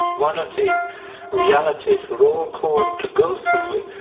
one of the realities we're all called to go through,